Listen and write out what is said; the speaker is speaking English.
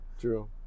True